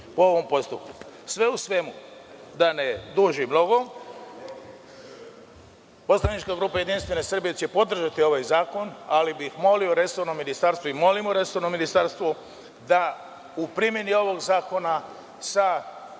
po ovom postupku. Sve u svemu, da ne dužim mnogo, poslanička grupa JS će podržati ovaj zakon, ali bih molio resorno ministarstvo i molimo resorno ministarstvo da u primeni ovog zakona sa